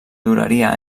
duraria